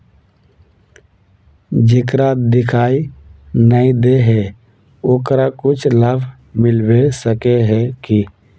जेकरा दिखाय नय दे है ओकरा कुछ लाभ मिलबे सके है की?